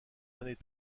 années